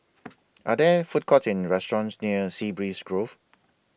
Are There Food Courts in restaurants near Sea Breeze Grove